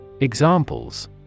Examples